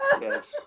Yes